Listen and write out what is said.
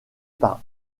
par